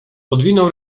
odwinął